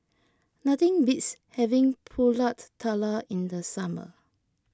nothing beats having Pulut Tatal in the summer